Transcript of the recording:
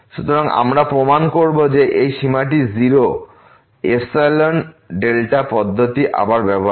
সুতরাং আমরা প্রমাণ করব যে এই সীমাটি 0 পদ্ধতি আবার ব্যবহার করে